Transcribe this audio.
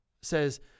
says